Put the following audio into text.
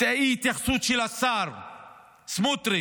את האי-התייחסות של השר סמוטריץ'